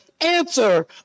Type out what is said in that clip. answer